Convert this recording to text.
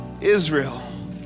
Israel